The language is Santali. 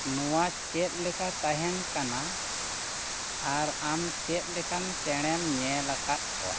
ᱱᱚᱣᱟ ᱪᱮᱫ ᱞᱮᱠᱟ ᱛᱟᱦᱮᱱ ᱠᱟᱱᱟ ᱟᱨ ᱟᱢ ᱪᱮᱫ ᱞᱮᱠᱟᱱ ᱪᱮᱬᱮᱢ ᱧᱮᱞ ᱟᱠᱟᱫ ᱠᱚᱣᱟ